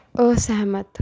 ਅਸਹਿਮਤ